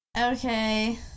Okay